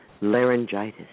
laryngitis